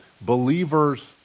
believers